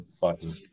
button